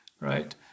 right